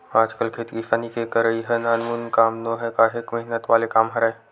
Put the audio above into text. आजकल खेती किसानी के करई ह नानमुन काम नोहय काहेक मेहनत वाले काम हरय